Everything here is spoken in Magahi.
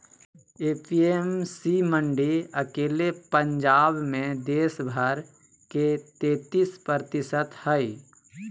ए.पी.एम.सी मंडी अकेले पंजाब मे देश भर के तेतीस प्रतिशत हई